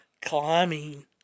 Climbing